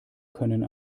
können